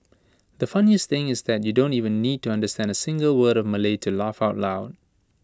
the funniest thing is that you don't even need to understand A single word of Malay to laugh out loud